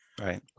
Right